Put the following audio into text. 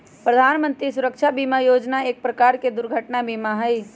प्रधान मंत्री सुरक्षा बीमा योजना एक प्रकार के दुर्घटना बीमा हई